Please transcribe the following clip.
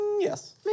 yes